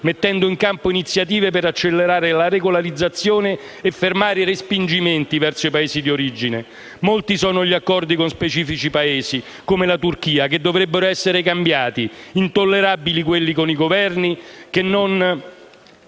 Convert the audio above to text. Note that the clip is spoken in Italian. mettendo in campo iniziative per accelerare la regolarizzazione e fermare i respingimenti verso i Paesi di origine. Molti sono gli accordi con specifici Paesi, come la Turchia, che dovrebbero essere cambiati; intollerabili quelli con i Governi che non